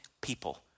people